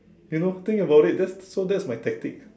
you know think about it just so that's my tactic